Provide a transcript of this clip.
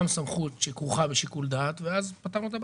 סמכות שכרוכה בשיקול דעת ואז פתרנו את הבעיה.